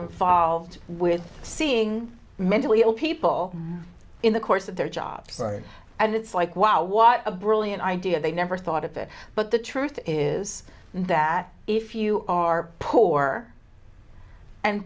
involved with seeing mentally ill people in the course of their job search and it's like wow what a brilliant idea they never thought of it but the truth is that if you are poor and